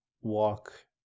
walk